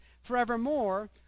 forevermore